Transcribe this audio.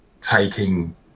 taking